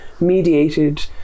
mediated